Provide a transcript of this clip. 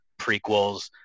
prequels